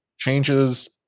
Changes